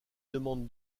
demande